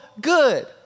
good